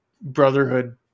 brotherhood